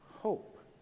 hope